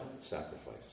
sacrifice